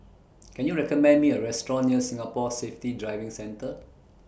Can YOU recommend Me A Restaurant near Singapore Safety Driving Centre